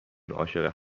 عاشق